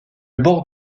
bord